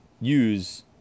use